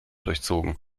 durchzogen